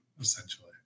essentially